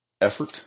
effort